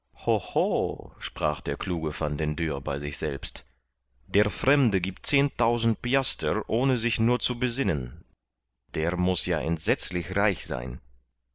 sprach der kluge van der dendur bei sich selbst der fremde giebt zehntausend piaster ohne sich nur zu besinnen der muß ja entsetzlich reich sein